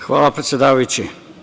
Hvala predsedavajući.